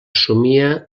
somia